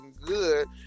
good